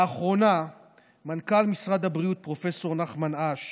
לאחרונה מנכ"ל משרד הבריאות פרופ' נחמן אש